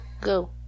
Go